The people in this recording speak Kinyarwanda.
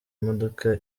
imodoka